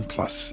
Plus